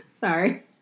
sorry